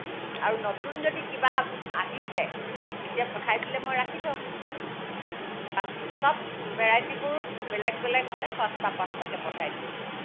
আৰু নতুন যদি কিবা আহিছে তেতিয়া পঠাই দিলে মই ৰাখি থম পা চব ভেৰাইটিবোৰ বেলেগ বেলেগ হ'লে পাঁচটা পাঁচটাকৈ পঠাই দিব